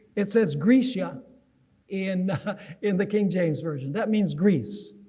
it says grecia in in the king james version, that means greece.